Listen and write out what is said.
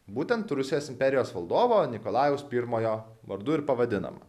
būtent rusijos imperijos valdovo nikolajaus pirmojo vardu ir pavadinama